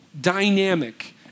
dynamic